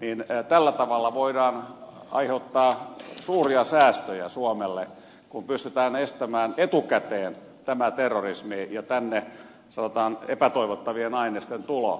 niin tällä tavalla voidaan aiheuttaa suuria säästöjä suomelle kun pystytään estämään etukäteen tämä terrorismi ja tänne sanotaan epätoivottavien ainesten tulo